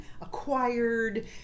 acquired